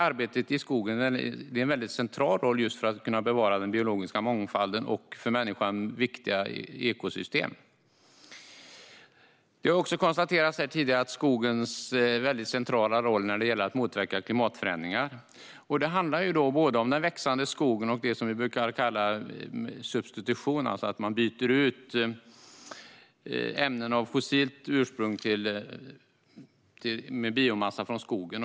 Arbetet i skogen har en central roll för att bevara den biologiska mångfalden och för människan viktiga ekosystem. Tidigare här har skogens centrala roll betonats när det gäller att motverka klimatförändringar. Det handlar om både den växande skogen och det som vi brukar kalla substitution, alltså att man byter ut ämnen med fossilt ursprung mot biomassa från skogen.